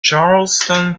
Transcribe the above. charleston